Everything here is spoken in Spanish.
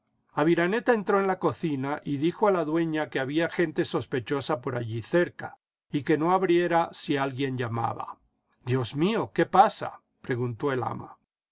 aviraneta entró en la cocina y dijo a la dueña que había gente sospechosa por allí cerca y que no abriera si alguien llamaba jdios mío jqué pasa preguntó el ama